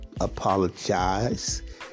apologize